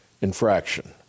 infraction